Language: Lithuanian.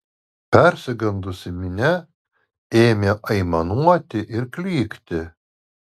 persigandusi minia ėmė aimanuoti ir klykti